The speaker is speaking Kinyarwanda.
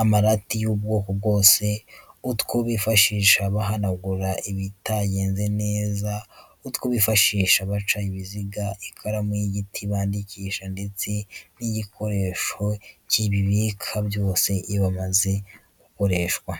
amarati y'ubwoko bwose, utwo bifashisha bahanagura ibitagenze neza, utwo bifashisha baca ibiziga , ikaramu y'igiti bandikisha ndetse n'igikoresho kibibika byose iyo bimaze gukoreshwa.